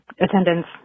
attendance